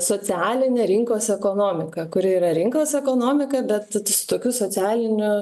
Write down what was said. socialine rinkos ekonomika kuri yra rinkos ekonomika bet tokiu socialiniu